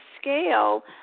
scale